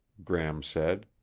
gram said.